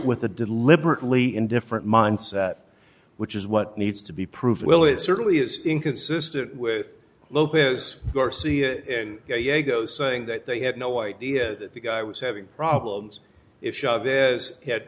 with the deliberately in different mindset which is what needs to be proved well it certainly is inconsistent with lopez garcia go saying that they had no idea that the guy was having problems if chave